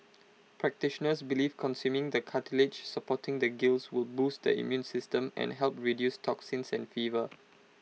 practitioners believe consuming the cartilage supporting the gills will boost the immune system and help reduce toxins and fever